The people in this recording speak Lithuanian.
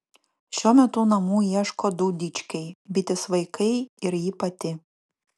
šiuo metu namų ieško du dičkiai bitės vaikai ir ji pati